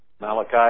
Malachi